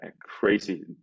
crazy